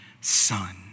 son